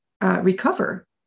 Recover